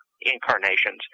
incarnations